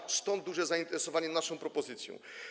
I stąd duże zainteresowanie naszą propozycją.